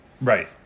right